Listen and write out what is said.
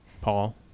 paul